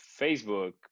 Facebook